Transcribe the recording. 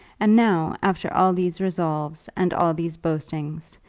and now, after all these resolves and all these boastings,